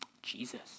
Jesus